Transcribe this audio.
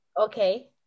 Okay